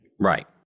Right